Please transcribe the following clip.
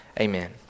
Amen